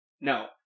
no